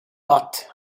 but